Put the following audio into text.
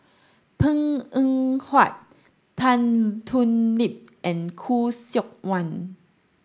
Png Eng Huat Tan Thoon Lip and Khoo Seok Wan